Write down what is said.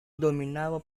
dominado